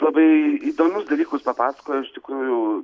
labai įdomius dalykus papasakojo iš tikrųjų